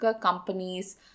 companies